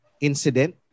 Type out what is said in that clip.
incident